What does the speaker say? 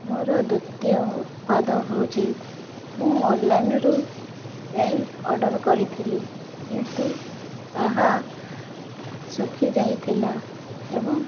ମୋର ଦ୍ୱିତୀୟ ଉତ୍ପାଦ ହେଉଛି ମୁଁ ଅନ୍ଲାଇନ୍ରୁ ପେନ୍ ଅର୍ଡ଼ର୍ କରିଥିଲି କିନ୍ତୁ ତାହା ଶୁଖିଯାଇଥିଲା ଏବଂ